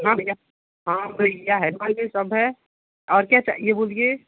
हाँ भैया हाँ भैया है फल में सब है और क्या चाहिए बोलिए